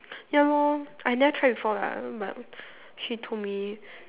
ya lor I never try before lah but she told me